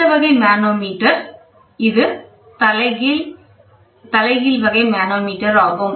அடுத்த வகை மனோமீட்டர் தலைகீழ் வகை மனோமீட்டர் ஆகும்